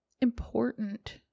important